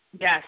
Yes